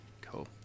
Cool